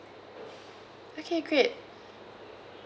okay great